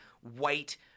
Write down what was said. white